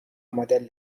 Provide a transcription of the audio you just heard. مدل